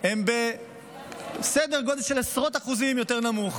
הם בסדר גודל של עשרות אחוזים נמוך יותר.